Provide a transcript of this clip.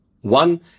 One